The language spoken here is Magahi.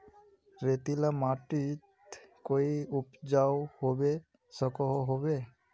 रेतीला माटित कोई उपजाऊ होबे सकोहो होबे?